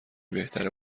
بهتره